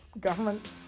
government